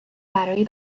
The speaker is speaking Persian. برای